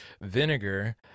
vinegar